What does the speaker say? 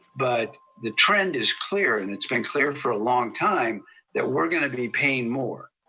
but the trend is clear, and it's been clear for a long time that we're gonna be paying more.